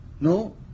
No